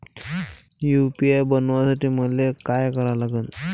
UPI बनवासाठी मले काय करा लागन?